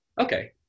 Okay